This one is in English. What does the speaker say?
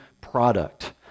product